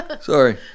sorry